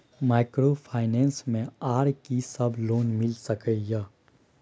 Microfinance मे आर की सब लोन मिल सके ये?